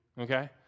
okay